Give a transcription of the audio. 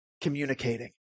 communicating